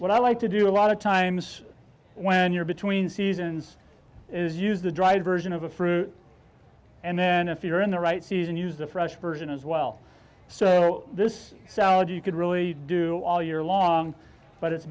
what i like to do a lot of times when you're between seasons is use the dried version of a fruit and then if you're in the right season use the fresh version as well so this salad you could really do all year long but it's